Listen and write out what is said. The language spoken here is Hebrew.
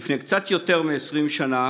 לפני קצת יותר מ-20 שנה